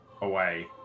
away